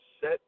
set